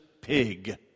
pig